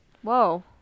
Whoa